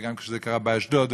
וגם כשזה קרה באשדוד,